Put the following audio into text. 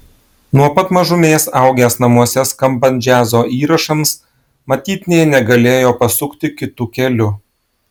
nuo pat mažumės augęs namuose skambant džiazo įrašams matyt nė negalėjo pasukti kitu keliu